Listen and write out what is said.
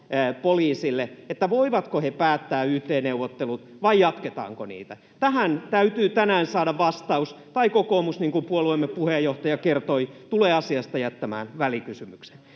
poliisille siitä, voivatko he päättää yt-neuvottelut vai jatketaanko niitä. Tähän täytyy tänään saada vastaus, tai kokoomus, niin kuin puolueemme puheenjohtaja kertoi, tulee asiasta jättämään välikysymyksen.